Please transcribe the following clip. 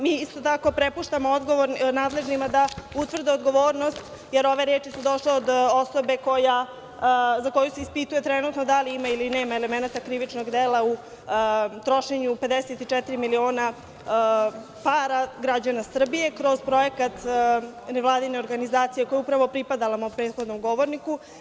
Mi isto tako prepuštamo nadležnima da utvrde odgovornost, jer ove reči su došle od osobe za koju se ispituje trenutno da li ima ili nema elemenata krivičnog dela u trošenju 54 miliona para građana Srbije, kroz projekat nevladine organizacije, koja je upravo pripadala mom prethodnom govorniku.